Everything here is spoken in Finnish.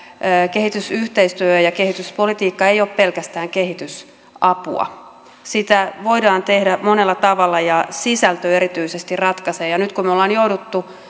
kehitysyhteistyö ja ja kehityspolitiikka ei ole pelkästään kehitysapua sitä voidaan tehdä monella tavalla ja sisältö erityisesti ratkaisee nyt kun me olemme joutuneet